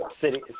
city